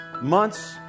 months